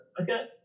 Okay